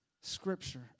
scripture